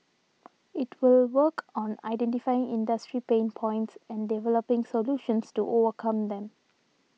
it will work on identifying industry pain points and developing solutions to overcome them